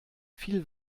viel